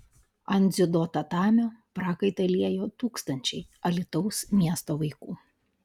ant dziudo tatamio prakaitą liejo tūkstančiai alytaus miesto vaikų